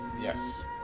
Yes